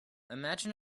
imagine